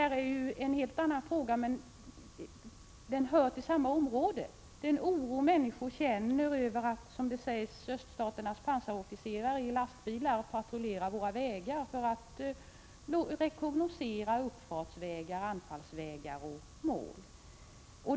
Frågorna berör en helt annan sak, men de hör till samma område. Människor känner en oro över att, som det sägs, öststaternas pansarofficerare patrullerar våra vägar i lastbilar för att rekognosera uppfartsvägar, anfallsvägar och mål.